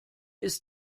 ist